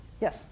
yes